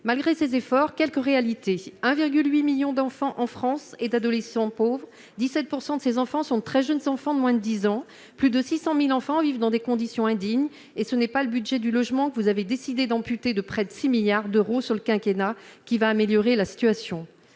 réalités. La France compte 1,8 million d'enfants et d'adolescents pauvres ; 17 % de ces enfants sont très jeunes, moins de 10 ans ; plus de 600 000 enfants vivent dans des conditions indignes et ce n'est pas le budget du logement que vous avez décidé d'amputer de près de 6 milliards d'euros sur le quinquennat qui améliorera la situation.